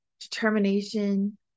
determination